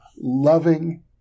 loving